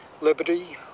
liberty